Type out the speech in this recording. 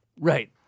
Right